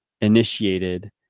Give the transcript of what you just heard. Initiated